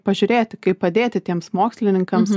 pažiūrėti kaip padėti tiems mokslininkams